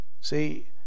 see